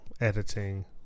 editing